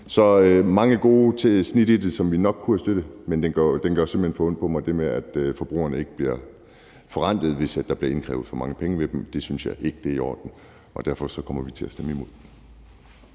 er mange gode snit i det, som vi nok kunne have støttet, men det gør simpelt hen for ondt på mig, at forbrugerne ikke får det forrentet, hvis der bliver indkrævet for mange penge ved dem. Det synes jeg ikke er i orden, og derfor kommer vi til at stemme imod.